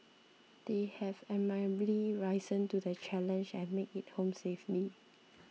they have admirably risen to the challenge and made it home safely